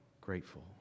grateful